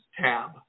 tab